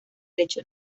lecho